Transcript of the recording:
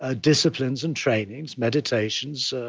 ah disciplines and trainings, meditations,